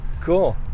cool